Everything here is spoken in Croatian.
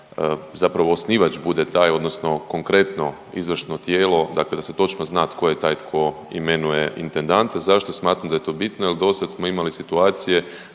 zapravo osnivač bude taj odnosno konkretno izvršno tijelo dakle da se točno zna tko je taj tko imenuje intendanta. Zašto smatram da je to bitno? Jel do sad smo imali situacije